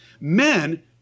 Men